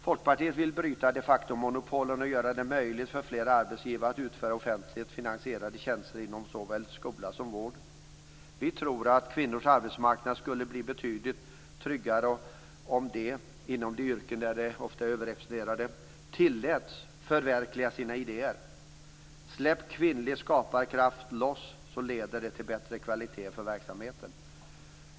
Folkpartiet vill bryta de facto-monopolen och göra det möjligt för fler arbetsgivare att utföra offentligt finansierade tjänster inom såväl skola och vård. Vi tror att kvinnors arbetsmarknad skulle bli betydligt tryggare om de, inom de yrken de ofta är överrepresenterade, tilläts förverkliga sina idéer. Släpp kvinnlig skaparkraft loss, så leder det till bättre kvalitet för verksamheten.